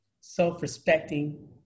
self-respecting